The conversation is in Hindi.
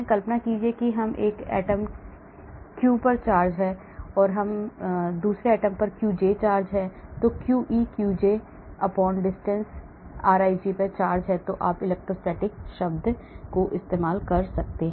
कल्पना कीजिए कि इस एटम क्यूई पर चार्ज है इस atom q j q i q j distance रिज पर चार्ज है जो इलेक्ट्रोस्टैटिक शब्द है